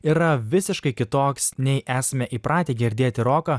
yra visiškai kitoks nei esame įpratę girdėti roką